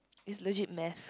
it's legit math